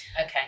Okay